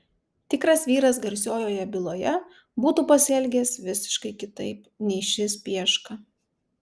tikras vyras garsiojoje byloje būtų pasielgęs visiškai kitaip nei šis pieška